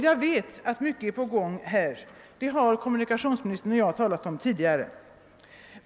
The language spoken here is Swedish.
Jag vet att mycket är på gång — det har kommunikationsministern och jag tidigare talat om.